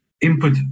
input